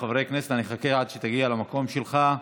חברי הכנסת, אני אחכה עד שתגיע למקום שלך,